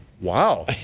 Wow